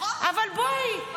נכון --- אבל בואי,